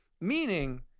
meaning